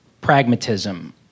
pragmatism